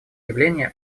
явления